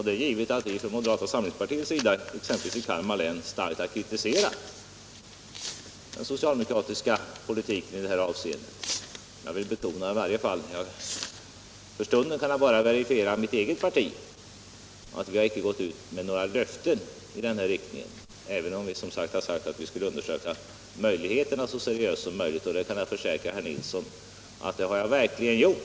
Det är givet att moderata samlingspartiet i Kalmar län starkt har kritiserat den socialdemokratiska politiken i fråga om F 12. För stunden kan jag bara verifiera att mitt eget parti inte gått ut med några löften om att bibehålla flygflottiljen. Däremot har vi sagt att vi skall mycket seriöst undersöka möjligheterna därvidlag, och jag kan försäkra herr Nilsson att det har jag verkligen gjort.